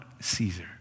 Caesar